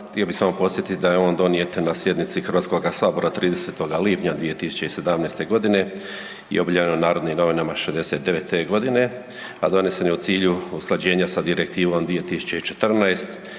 htio bih samo podsjetiti da je on donijet na sjednici HS-a 30. lipnja 2017. g. i objavljen u Narodnim novinama 69. godine, a donesen je u cilju usklađenja sa Direktivom